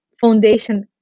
foundation